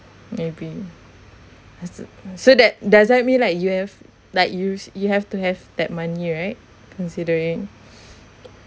maybe so that does that mean like you have like you s~ you have to have that money right considering